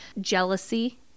jealousy